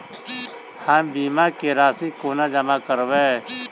हम बीमा केँ राशि कोना जमा करबै?